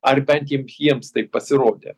ar bent jiem jiems taip pasirodė